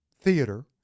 theater